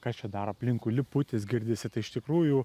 kas čia dar aplinkui liputis girdisi tai iš tikrųjų